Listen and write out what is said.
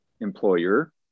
employer